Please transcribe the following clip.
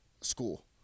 school